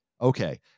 Okay